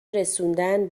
رسوندن